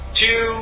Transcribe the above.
two